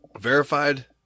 verified